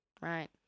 Right